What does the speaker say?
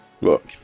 Look